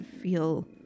feel